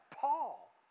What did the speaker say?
Paul